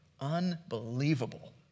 Unbelievable